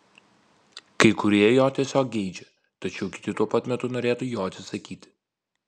kai kurie jo tiesiog geidžia tačiau kiti tuo pat metu norėtų jo atsisakyti